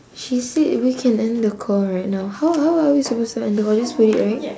she said we can end the call right now how how how are we suppose to end the call just put it right